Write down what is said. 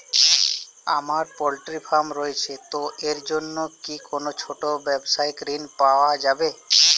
আমার poultry farm রয়েছে তো এর জন্য কি কোনো ছোটো ব্যাবসায়িক ঋণ পাওয়া যাবে?